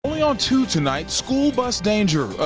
only on two tonight, school bus danger.